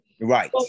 Right